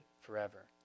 forever